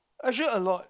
actually a lot